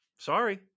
Sorry